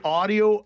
audio